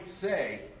say